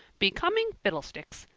becoming fiddlesticks!